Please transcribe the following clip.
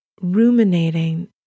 ruminating